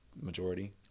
majority